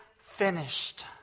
finished